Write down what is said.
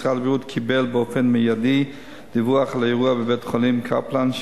משרד הבריאות קיבל באופן מיידי דיווח על האירוע בבית-החולים "קפלן",